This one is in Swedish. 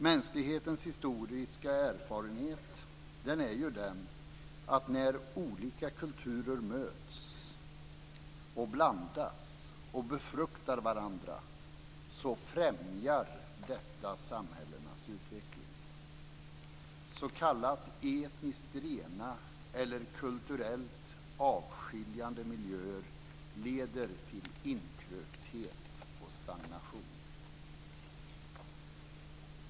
Mänsklighetens historiska erfarenhet är ju att när olika kulturer möts, blandas och befruktar varandra främjas samhällenas utveckling. S.k. etniskt rena eller kulturellt avskiljande miljöer leder till inkrökthet och stagnation.